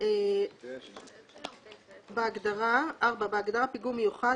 "(4)בהגדרה "פיגום מיוחד",